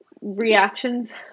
reactions